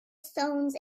stones